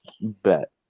bet